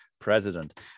president